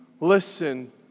Listen